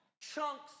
chunks